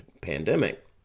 pandemic